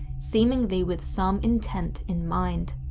seemingly with some intent in mind.